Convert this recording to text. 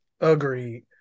agreed